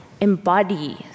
embody